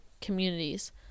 communities